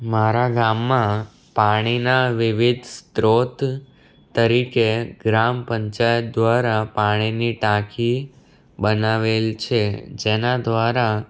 મારા ગામમાં પાણીના વિવિધ સ્ત્રોત તરીકે ગ્રામ પંચાયત દ્વારા પાણીની ટાંકી બનાવેલ છે જેના દ્વારા